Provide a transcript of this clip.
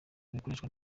bikoreshwa